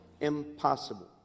impossible